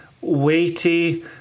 weighty